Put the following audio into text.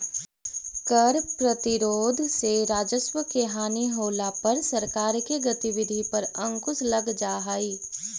कर प्रतिरोध से राजस्व के हानि होला पर सरकार के गतिविधि पर अंकुश लग जा हई